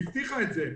היא הבטיחה את זה.